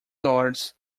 lords